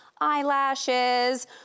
eyelashes